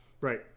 Right